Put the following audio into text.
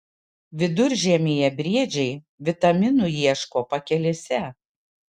viduržiemyje briedžiai vitaminų ieško pakelėse